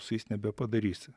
su jais nebepadarysi